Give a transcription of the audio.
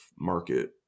market